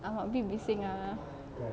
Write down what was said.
ah a bit bising ah